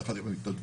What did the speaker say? יחד עם המתנדבים.